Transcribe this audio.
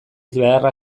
beharra